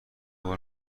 بار